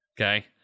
okay